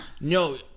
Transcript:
No